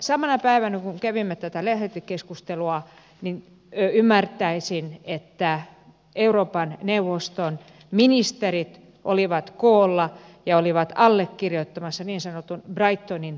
samana päivänä kun kävimme tätä lähetekeskustelua niin ymmärtäisin että euroopan neuvoston ministerit olivat koolla ja olivat allekirjoittamassa niin sanottua brightonin julistusta